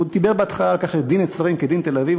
הוא דיבר בהתחלה על כך שדין נצרים כדין תל-אביב,